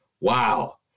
wow